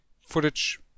footage